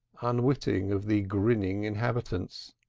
unwitting of the grinning inhabitants.